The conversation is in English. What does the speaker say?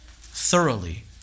thoroughly